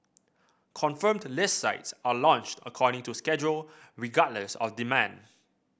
confirmed list sites are launched according to schedule regardless of demand